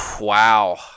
Wow